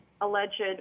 alleged